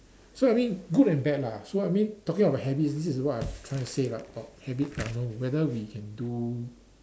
so I mean good and bad lah so I mean talking about habits this is what I was trying to say about habits lah whether we can do